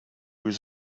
was